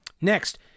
Next